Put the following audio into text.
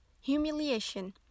humiliation